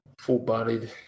full-bodied